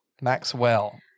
Maxwell